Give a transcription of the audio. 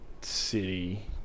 City